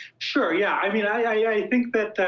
sure yeah. i mean, i i think that